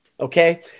Okay